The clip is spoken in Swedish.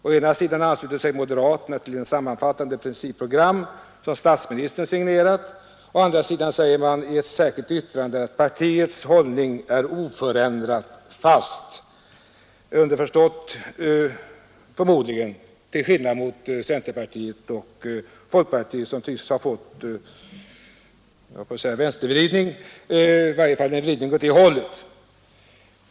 Å ena sidan ansluter sig moderaterna till det sammanfattande principprogram som statsministern signerat, å andra sidan säger man i ett särskilt yttrande att partiets hållning är oförändrat fast underförstått förmodligen till skillnad mot centern och folkpartiet, som tycks ha fått, jag höll på att säga en vänstervridning, i varje fall en vridning åt det hållet.